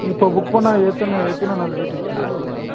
இப்போ புக் பண்ணால் எத்தனை எத்தனை நாள் வெயிட்டிங் பீரியட் வரும் சார்